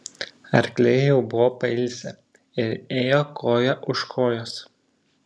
arkliai jau buvo pailsę ir ėjo koja už kojos